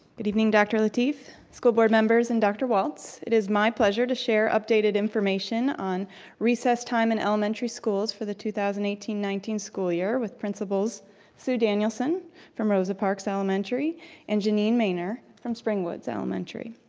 good evening, dr. lateef, school board members, and dr. walts. it is my pleasure to share updated information on recess time in elementary schools for the two thousand and eighteen nineteen school year with principal sue danielson from rosa parks elementary and janine mehner from springwoods elementary.